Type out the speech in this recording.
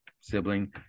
sibling